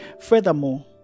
Furthermore